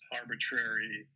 arbitrary